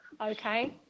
Okay